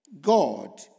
God